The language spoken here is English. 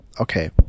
okay